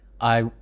I-